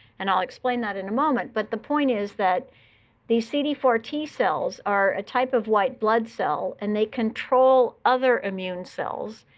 and i'll explain that in a moment. but the point is that these c d four t-cells are a type of white blood cell. and they control other immune cells.